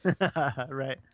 right